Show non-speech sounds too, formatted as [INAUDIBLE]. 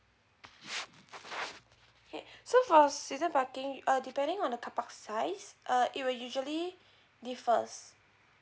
[NOISE] k so for season parking uh depending on the carpark size uh it will usually the first